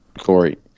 Corey